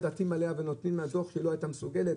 עטים עליה ונותנים לה דוח שהיא לא הייתה מסוגלת,